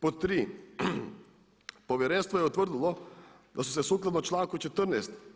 Pod 3. Povjerenstvo je utvrdilo da su se sukladno članku 14.